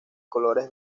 colores